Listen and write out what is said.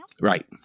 Right